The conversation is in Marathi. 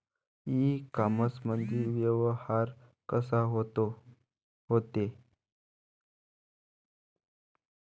इ कामर्समंदी व्यवहार कसा होते?